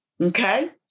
Okay